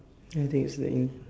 anything it's like you